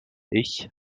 ich